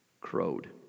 crowed